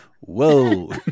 whoa